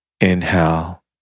Inhale